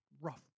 rough